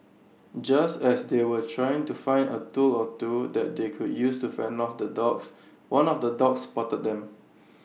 just as they were trying to find A tool or two that they could use to fend off the dogs one of the dogs spotted them